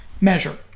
measure